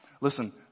Listen